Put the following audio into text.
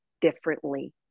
differently